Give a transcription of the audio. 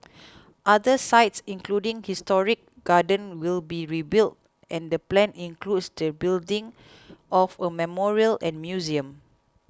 other sites including historic gardens will be rebuilt and the plan includes the building of a memorial and museum